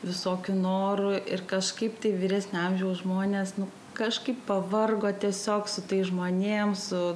visokių norų ir kažkaip tai vyresnio amžiaus žmonės nu kažkaip pavargo tiesiog su tais žmonėm su